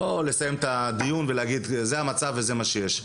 לא לסיים את הדיון ולהגיד זה המצב וזה מה שיש.